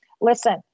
listen